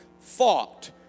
fought